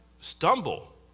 stumble